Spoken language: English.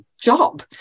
job